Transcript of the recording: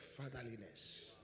fatherliness